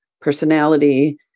personality